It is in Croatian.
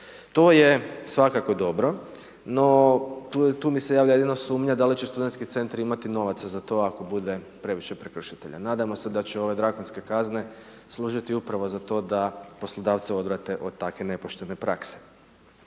To je svakako dobro, no tu mi se javlja jedino sumnja da li će studentski centar imati novaca za to ako bude previše prekršitelja, nadamo se da će ove drakonske kazne služiti upravo za to da poslodavce odvrate od takve nepoštene prakse.